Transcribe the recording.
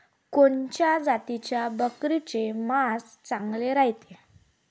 कोनच्या जातीच्या बकरीचे मांस चांगले रायते?